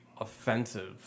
offensive